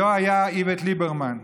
היֹה היה איווט ליברמן,